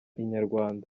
inyarwanda